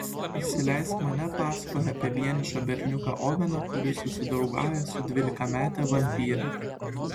įsileisk mane pasakoja apie vienišą berniuką oveną kuris susidraugauja su dvylikamete vampyre